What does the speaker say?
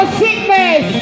sickness